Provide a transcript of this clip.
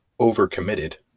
overcommitted